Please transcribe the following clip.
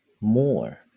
more